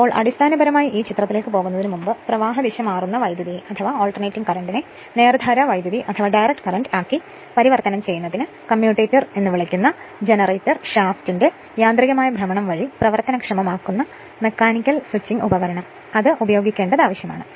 അതിനാൽ അടിസ്ഥാനപരമായി ആ ചിത്രത്തിലേക്ക് പോകുന്നതിന് മുമ്പ് പ്രവാഹ ദിശ മാറുന്ന വൈദ്യുതിയെ നേർധാരാ വൈദ്യുതി ആക്കി പരിവർത്തനം ചെയ്യുന്നതിന് കമ്മ്യൂട്ടേറ്റർ എന്ന് വിളിക്കുന്ന ജനറേറ്റർ ഷാഫ്റ്റിന്റെ യാന്ത്രികമായ ഭ്രമണം വഴി പ്രവർത്തനക്ഷമമാക്കുന്ന മെക്കാനിക്കൽ സ്വിച്ചിംഗ് ഉപകരണം ഉപയോഗിക്കേണ്ടത് ആവശ്യമാണ്